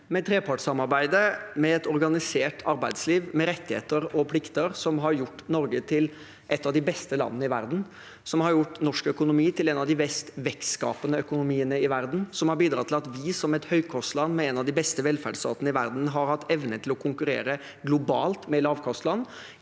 med trepartssamarbeidet, med et organisert arbeidsliv, med rettigheter og plikter som har gjort Norge til et av de beste landene i verden, som har gjort norsk økonomi til en av de mest vekstskapende økonomiene i verden, som har bidratt til at vi som et høykostland, med en av de beste velferdsstatene i verden, har hatt evne til å konkurrere globalt med lavkostland